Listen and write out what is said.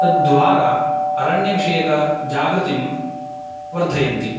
तद्द्वारा अरण्यविषयक जागृतिं वर्धयन्ति